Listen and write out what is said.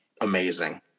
amazing